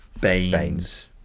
Baines